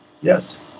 yes